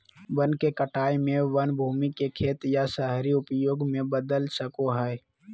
वन के कटाई में वन भूमि के खेत या शहरी उपयोग में बदल सको हइ